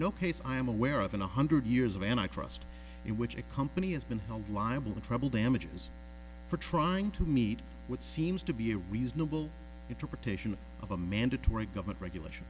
no case i am aware of in one hundred years of and i trust in which a company has been held liable to treble damages for trying to meet what seems to be a reasonable interpretation of a mandatory government regulation